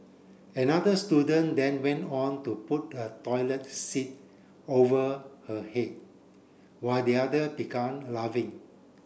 another student then went on to put a toilet seat over her head while the other began laughing